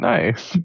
Nice